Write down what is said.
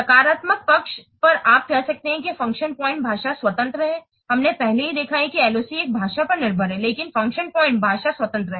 सकारात्मक पक्ष पर आप कह सकते हैं कि फ़ंक्शन पॉइंट भाषा स्वतंत्र है हमने पहले ही देखा है कि LOC एक भाषा पर निर्भर है लेकिन फ़ंक्शन पॉइंट भाषा स्वतंत्र हैं